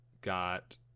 got